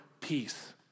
peace